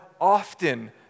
often